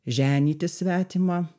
ženyti svetimą